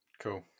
Cool